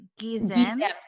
Gizem